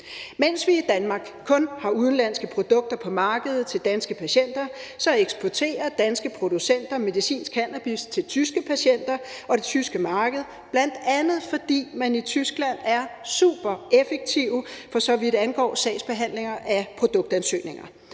Mens vi i Danmark kun har udenlandske produkter på markedet til danske patienter, eksporterer danske producenter medicinsk cannabis til tyske patienter og det tyske marked, bl.a. fordi man i Tyskland er supereffektive, for så vidt angår sagsbehandling af produktansøgninger.